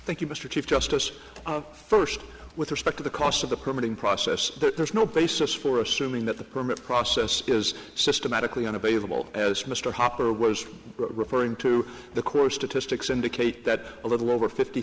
you mr chief justice first with respect to the cost of the permitting process there's no basis for assuming that the permit process is systematically unavailable as mr hopper was referring to the core statistics indicate that a little over fifty